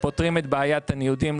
יפתרו את בעיית הניודים,